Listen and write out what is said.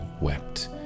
wept